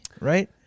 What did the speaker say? right